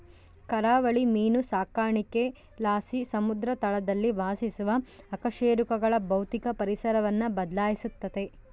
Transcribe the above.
ಕರಾವಳಿ ಮೀನು ಸಾಕಾಣಿಕೆಲಾಸಿ ಸಮುದ್ರ ತಳದಲ್ಲಿ ವಾಸಿಸುವ ಅಕಶೇರುಕಗಳ ಭೌತಿಕ ಪರಿಸರವನ್ನು ಬದ್ಲಾಯಿಸ್ತತೆ